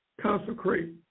consecrate